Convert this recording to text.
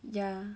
ya